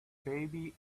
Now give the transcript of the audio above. baby